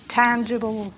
tangible